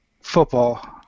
football